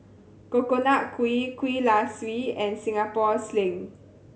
Coconut Kuih Kuih Kaswi and Singapore Sling